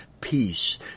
peace